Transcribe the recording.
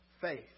faith